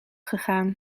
gegaan